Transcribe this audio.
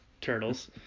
turtles